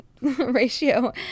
ratio